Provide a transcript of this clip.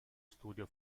studio